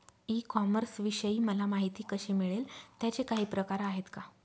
E कॉमर्सविषयी मला माहिती कशी मिळेल? त्याचे काही प्रकार आहेत का?